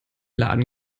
laden